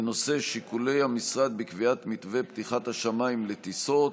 בנושא: שיקולי המשרד בקביעת מתווה פתיחת השמיים לטיסות.